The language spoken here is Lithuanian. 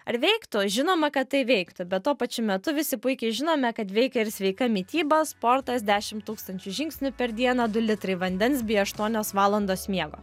ar veiktų žinoma kad tai veiktų bet tuo pačiu metu visi puikiai žinome kad veikia ir sveika mityba sportas dešim tūkstančių žingsnių per dieną du litrai vandens bei aštuonios valandos miego